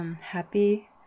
happy